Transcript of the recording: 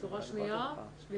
גם כשעדיין הרבנים הורו להמשיך